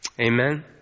Amen